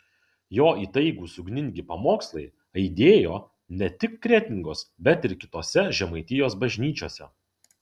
jo įtaigūs ugningi pamokslai aidėjo ne tik kretingos bet ir kitose žemaitijos bažnyčiose